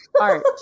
art